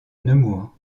nemours